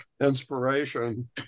inspiration